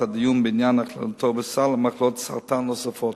הדיון בעניין הכללתו בסל למחלות סרטן נוספות.